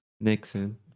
Nixon